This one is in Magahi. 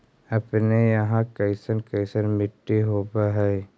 अपने यहाँ कैसन कैसन मिट्टी होब है?